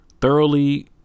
thoroughly